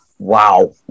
Wow